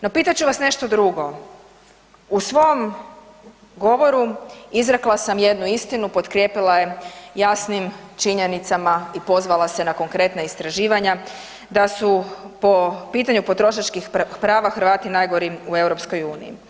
No pitat ću vas nešto drugo, u svom govoru izrekla sam jednu istinu i potkrijepila je jasnim činjenicama i pozvala se na konkretna istraživanja, da su po pitanju potrošačkih prava Hrvati najgori u EU.